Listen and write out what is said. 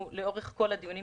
שהיה לנו לאורך כל הדיונים,